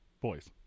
Boys